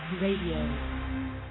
Radio